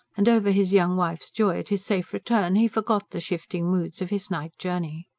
and over his young wife's joy at his safe return, he forgot the shifting moods of his night-journey.